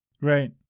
right